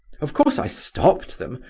of course i stopped them,